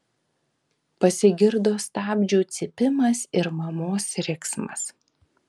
pasigirdo stabdžių cypimas ir mamos riksmas